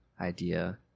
idea